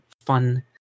fun